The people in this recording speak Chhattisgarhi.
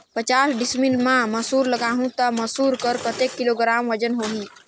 पचास डिसमिल मा मसुर लगाबो ता मसुर कर कतेक किलोग्राम वजन होही?